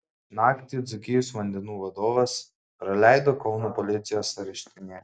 naktį dzūkijos vandenų vadovas praleido kauno policijos areštinėje